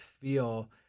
feel